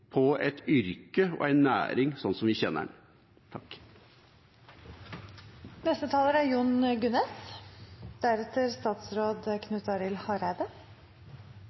et yrke og en næring sånn vi kjenner den. At noen er